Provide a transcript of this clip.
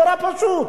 נורא פשוט.